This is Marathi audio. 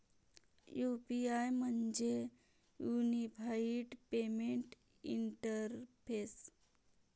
यू.पी.आय म्हणजे युनिफाइड पेमेंट इंटरफेस